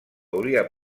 hauria